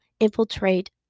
Infiltrate